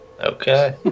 Okay